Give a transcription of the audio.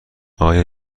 آیا